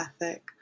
ethic